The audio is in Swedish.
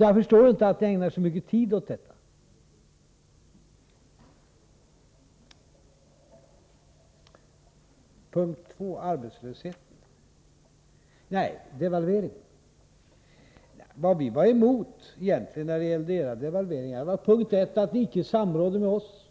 Jag förstår alltså inte att ni ägnar så mycket tid åt detta. Sedan till devalveringen. Vad vi egentligen var emot när det gällde era devalveringar var för det första att ni underlät att samråda med oss